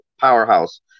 powerhouse